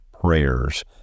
prayers